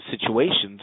situations